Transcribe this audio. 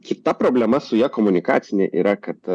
kita problema su ja komunikacinė yra kad